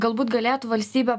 galbūt galėtų valstybė